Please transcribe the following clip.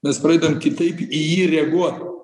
mes pradedam kitaip į jį reaguot